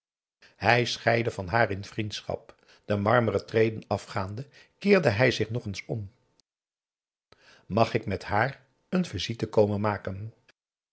hij scheidde van haar in vriendschap de marmeren treden afgaande keerde hij zich nogeens om mag ik met haar een visite komen maken